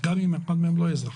גם אם לפעמים הם לא אזרחים.